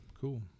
Cool